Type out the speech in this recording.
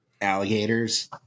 alligators